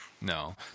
no